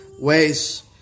ways